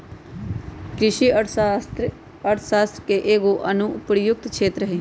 कृषि अर्थशास्त्र अर्थशास्त्र के एगो अनुप्रयुक्त क्षेत्र हइ